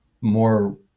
more